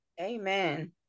amen